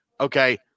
Okay